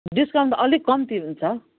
discount अलिक कम्ती हुन्छ